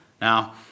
Now